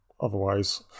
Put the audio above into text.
otherwise